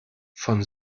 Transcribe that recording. von